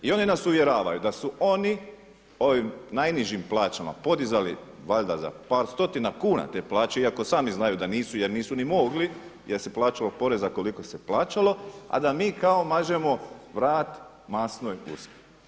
I oni nas uvjeravaju da su oni ovim najnižim plaćama podizali valjda za par stotina kuna te plaće, iako sami znaju da nisu jer nisu ni mogli, jer se plaćalo poreza koliko se plaćalo, a da mi kao mažemo vrat masnoj guski.